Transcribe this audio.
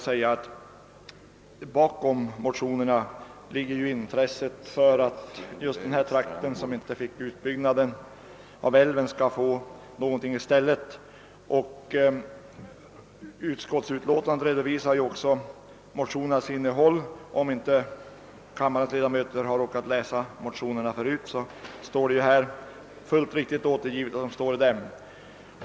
Bakom motionerna ligger ju ett intresse för att just den här trakten, där det ju inte blev någon utbyggnad av älven, skall få någonting i stället. I utskottsutlåtandet redovisas också motionernas innehåll, och om kammarens ledamöter inte läst motionerna kan jag säga att allt finns helt riktigt återgivet i utlåtandet.